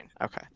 Okay